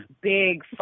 big